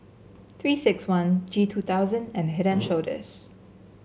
Three six one G two thousand and Head And Shoulders